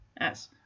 yes